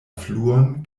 fluon